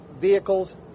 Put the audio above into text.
vehicles